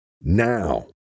now